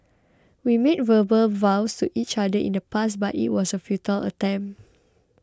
we made verbal vows to each other in the past but it was a futile attempt